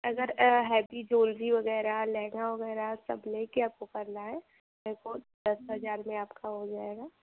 अगर heavy jewellery वगैरह लहंगा वगैरह सब ले के आपको करना है दस हजार में आपका हो जाएगा